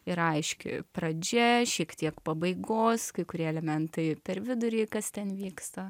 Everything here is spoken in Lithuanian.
yra aiški pradžia šiek tiek pabaigos kai kurie elementai per vidurį kas ten vyksta